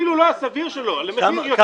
למחיר יותר גבוה מהסביר שלו --- כמה